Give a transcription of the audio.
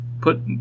put